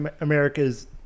America's